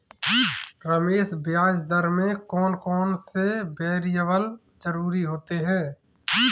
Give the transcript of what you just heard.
रमेश ब्याज दर में कौन कौन से वेरिएबल जरूरी होते हैं?